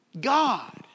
God